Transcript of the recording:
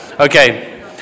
Okay